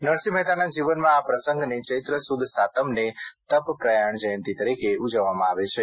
નરસિંહ મહેતાના જીવનમાં આ પ્રસંગને ચૈત્ર સુદ સાતમને તપ પ્રયાણ જયંતિ તરીકે ઉજવવામાં આવે છે